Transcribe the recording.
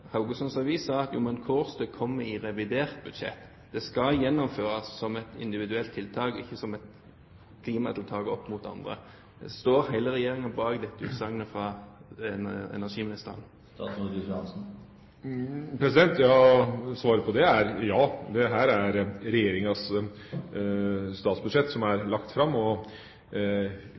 revidert budsjett og at det skal gjennomføres som et individuelt tiltak og ikke som et klimatiltak opp mot det andre. Står hele regjeringen bak utsagnet fra energiministeren? Svaret på det er ja. Det er regjeringas statsbudsjett som er lagt fram, og